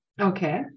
Okay